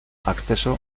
acceso